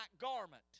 garment